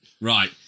Right